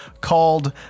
called